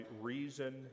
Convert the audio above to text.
reason